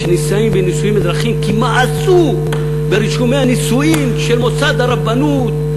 שנישאים בנישואים אזרחיים כי מאסו ברישומי הנישואים של מוסד הרבנות,